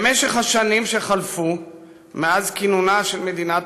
במשך השנים שחלפו מאז כינונה של מדינת